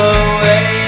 away